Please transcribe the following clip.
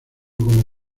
como